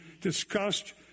discussed